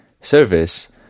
service